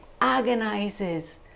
agonizes